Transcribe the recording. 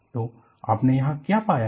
तो आपने यहां क्या पाया हैं